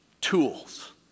tools